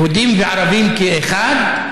יהודים וערבים כאחד,